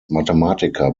mathematiker